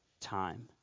time